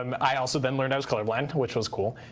um i also then learned i was colorblind, which was cool.